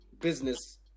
business